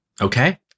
Okay